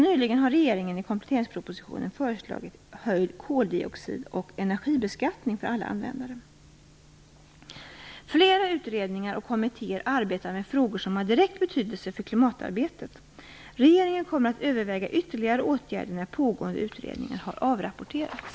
Nyligen har regeringen i kompletteringspropositionen föreslagit höjd koldioxid och energibeskattning för alla användare. Flera utredningar och kommittéer arbetar med frågor som har direkt betydelse för klimatarbetet. Regeringen kommer att överväga ytterligare åtgärder när pågående utredningar har avrapporterats.